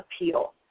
appeal